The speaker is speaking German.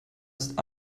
ist